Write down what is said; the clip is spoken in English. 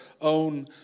own